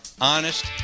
honest